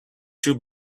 shoe